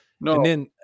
No